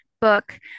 book